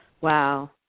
wow